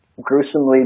gruesomely